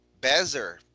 Bezer